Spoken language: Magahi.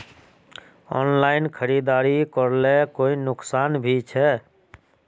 ऑनलाइन खरीदारी करले कोई नुकसान भी छे?